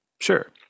Sure